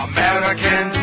American